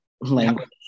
language